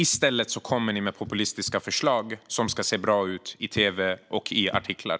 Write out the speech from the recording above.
I stället kommer ni med populistiska förslag som ska se bra ut i tv och artiklar.